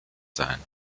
sein